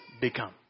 become